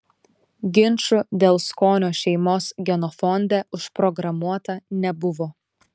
ginčų dėl skonio šeimos genofonde užprogramuota nebuvo